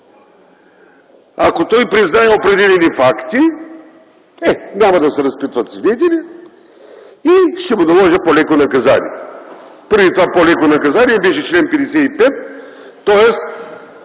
ако той признае определени факти, е, няма да се разпитват свидетели и ще му се наложи по-леко наказание. Преди това по-леко наказание беше чл. 55, тоест